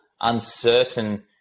uncertain